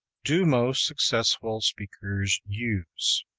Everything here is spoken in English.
do most successful speakers use?